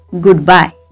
goodbye